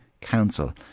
Council